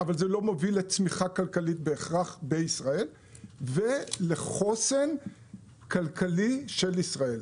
אבל זה לא מוביל לצמיחה כלכלית בהכרח בישראל ולחוסן כלכלי של ישראל.